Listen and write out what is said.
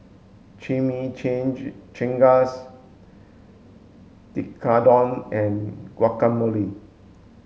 Tekkadon and Guacamole